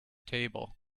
table